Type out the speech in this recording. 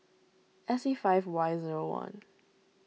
S E five Y zero one